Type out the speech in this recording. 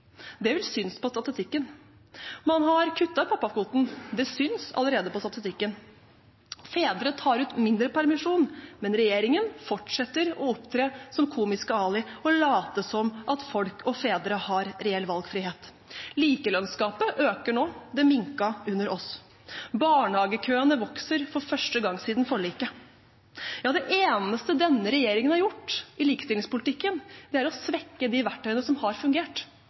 Det vil synes på statistikken. Man har kuttet i pappakvoten, det synes allerede på statistikken, fedre tar ut mindre permisjon, men regjeringen fortsetter å opptre som Komiske Ali og late som at folk og fedre har reell valgfrihet. Likelønnsgapet øker nå, det minket under Arbeiderpartiet. Barnehagekøene vokser for første gang siden forliket. Det eneste denne regjeringen har gjort i likestillingspolitikken, er å svekke de verktøyene som har fungert.